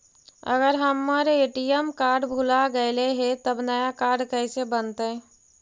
अगर हमर ATM card भुला गैलै हे तब नया काड कइसे बनतै?